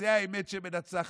זו האמת שמנצחת.